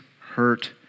hurt